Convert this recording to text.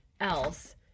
else